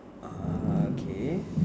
uh okay